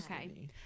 Okay